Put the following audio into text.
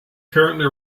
currently